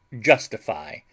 justify